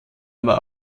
aber